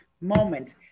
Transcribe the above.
moment